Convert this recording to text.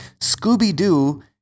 Scooby-Doo